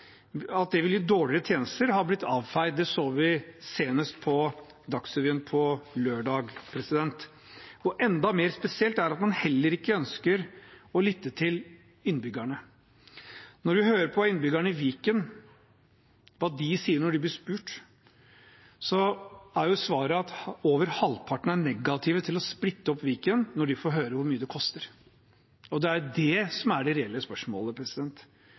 at det vil gi dårligere tjenester, har blitt avfeid. Det så vi senest på Dagsrevyen på lørdag. Enda mer spesielt er det at man heller ikke ønsker å lytte til innbyggerne. Når man hører på innbyggerne i Viken, hva de sier når de blir spurt, er svaret at over halvparten er negative til å splitte opp Viken når de får høre hvor mye det koster. Og det er det som er det reelle spørsmålet,